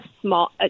small